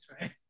right